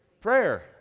prayer